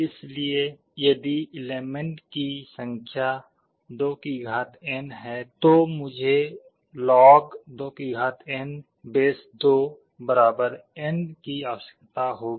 इसलिए यदि एलिमेंट्स की संख्या 2n है तो मुझे log2 2n n की आवश्यकता होगी